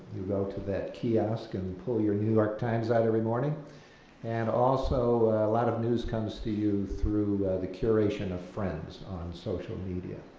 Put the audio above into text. you go to that kiosk and pull your new york times out every morning and also, a lot of news comes to you through the curation of friends on social media,